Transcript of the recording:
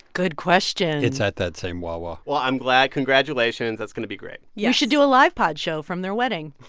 good question it's at that same wawa well, i'm glad. congratulations. that's going to be great yes we should do a live pod show from their wedding